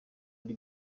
ari